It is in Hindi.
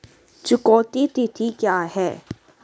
चुकौती तिथि क्या है?